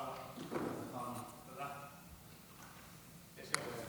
שלום, אדוני, תודה רבה.